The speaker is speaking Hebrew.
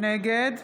נגד